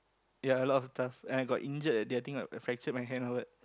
ya a lot of stuff and I got injured that day I think I I fractured my hand